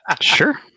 Sure